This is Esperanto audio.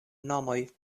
nomoj